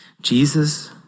Jesus